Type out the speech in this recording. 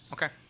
Okay